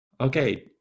Okay